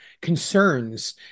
concerns